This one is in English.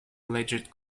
alleged